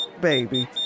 baby